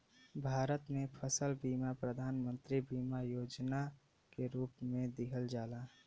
भारत में फसल बीमा प्रधान मंत्री बीमा योजना के रूप में दिहल जाला